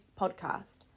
podcast